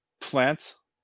plants